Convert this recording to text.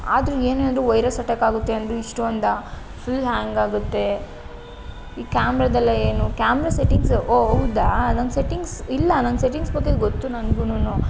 ಆದರೂ ಏನೇ ಆದರೂ ವೈರಸ್ ಅಟ್ಟ್ಯಾಕ್ ಆಗುತ್ತೆ ಅಂದು ಇಷ್ಟೊಂದಾ ಫುಲ್ ಹ್ಯಾಂಗ್ ಆಗತ್ತೆ ಈ ಕ್ಯಾಮ್ರಾದಲ್ಲ ಏನು ಕ್ಯಾಮ್ರ ಸೆಟ್ಟಿಂಗ್ಸು ಓ ಹೌದಾ ನನ್ನ ಸೆಟ್ಟಿಂಗ್ಸ್ ಇಲ್ಲ ನನ್ನ ಸೆಟ್ಟಿಂಗ್ಸ್ ಬಗ್ಗೆ ಗೊತ್ತು ನನ್ಗೂನು